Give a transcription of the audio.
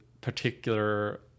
particular